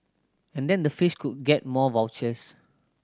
and then the fish could get more vouchers